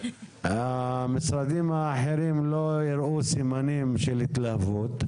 המשרדים האחרים לא הראו סימני התלהבות.